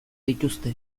dituzte